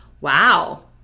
wow